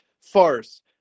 farce